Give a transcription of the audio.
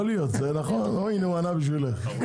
הנה הוא ענה בשבילך.